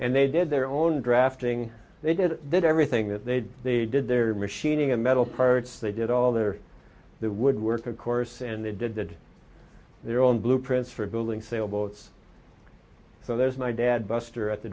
and they did their own drafting they did did everything that they did their machining and metal parts they did all their the wood work of course and they did their own blueprints for building sailboats so there's my dad buster at the